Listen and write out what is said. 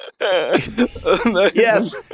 Yes